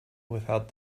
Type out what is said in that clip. without